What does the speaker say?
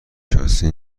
شاسی